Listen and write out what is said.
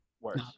worse